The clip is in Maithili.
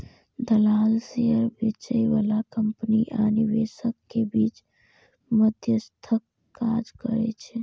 दलाल शेयर बेचय बला कंपनी आ निवेशक के बीच मध्यस्थक काज करै छै